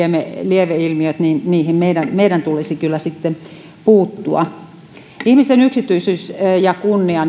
lieveilmiöihin meidän meidän tulisi kyllä puuttua ihmisen yksityisyys ja kunnia